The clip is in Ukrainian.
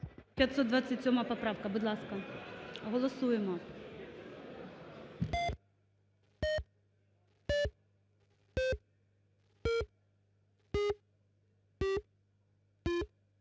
527 поправка. Будь ласка, голосуємо.